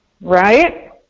Right